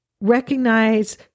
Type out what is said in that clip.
Recognize